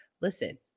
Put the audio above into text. listen